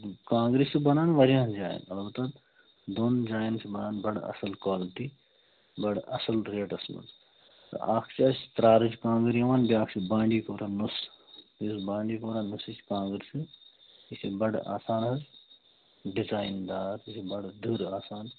کانٛگرِ چھِ بنان واریاہن جاین دۄن جاین چھِ بنان بَڑٕ اصل کالٹی بَڑٕ اصٕل ریٹَس مَنٛز اکھ چھِ اَسہِ ژرٛارٕچ کانٛگر چھِ بیاکھ چھِ بانڈی پورہ نُس یُس بانڈی پورہ نُسٕچ کانٛگر چھِ یہِ چھِ بَڑٕ اَصٕل حظ ڈِزاین دار یہِ چھِ بَڑٕ دٔر آسان